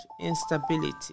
instability